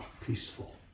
Peaceful